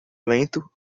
lento